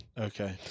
Okay